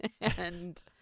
and-